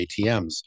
ATMs